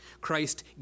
Christ